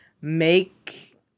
make